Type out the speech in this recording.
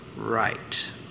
Right